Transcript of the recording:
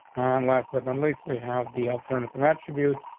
unless but the least we have the alternative attribute.